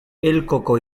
elkoko